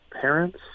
parents